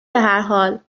بحرحال